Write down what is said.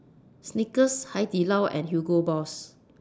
Snickers Hai Di Lao and Hugo Boss